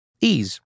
Ease